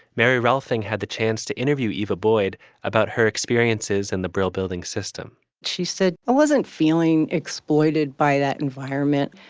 mary rolfing had the chance to interview eeva boyd about her experiences in the brill building system she said it wasn't feeling exploited by that environment.